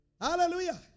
Hallelujah